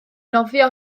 nofio